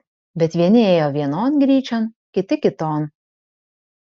bet vieni ėjo vienon gryčion kiti kiton